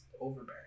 overbearing